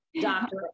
doctor